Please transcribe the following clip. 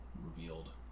revealed